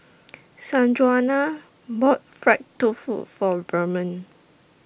Sanjuana bought Fried Tofu For Vernon